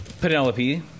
Penelope